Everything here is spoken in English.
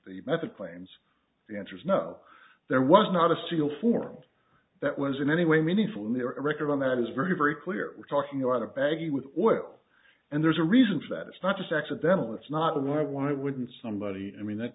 the method claims the answer is no there was not a single form that was in any way meaningful near a record on that is very very clear we're talking about a baggie with oil and there's a reason for that it's not just accidental it's not a why why wouldn't somebody i mean it